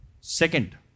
Second